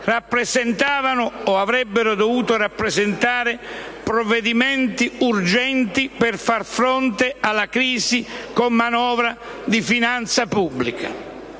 rappresentavano o avrebbero dovuto rappresentare provvedimenti urgenti per far fronte alla crisi con manovre di finanza pubblica.